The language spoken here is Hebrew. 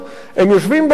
הם יושבים באוהלים,